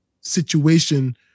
situation